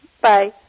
Bye